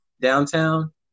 downtown